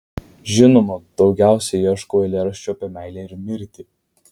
žinoma daugiausiai ieškau eilėraščių apie meilę ir mirtį